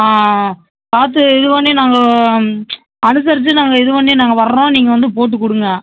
ஆ பார்த்து இது பண்ணி நாங்கள் அனுசரித்து நாங்கள் இது பண்ணி நாங்கள் வர்றோம் நீங்கள் வந்து போட்டு கொடுங்க